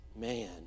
Man